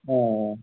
अ